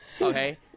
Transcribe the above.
okay